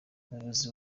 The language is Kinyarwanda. umuyobozi